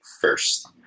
first